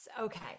Okay